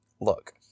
look